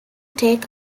take